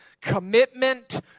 commitment